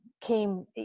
came